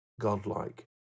godlike